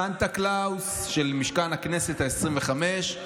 סנטה קלאוס של משכן הכנסת העשרים-וחמש.